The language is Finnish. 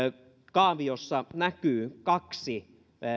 kaaviossa näkyy kaksi